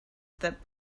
that